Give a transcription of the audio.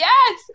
Yes